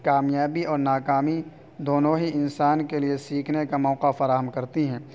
کامیابی اور ناکامی دونوں ہی انسان کے لیے سیکھنے کا موقع فراہم کرتی ہیں